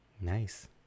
Nice